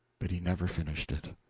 but he never finished it.